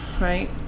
right